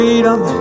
Freedom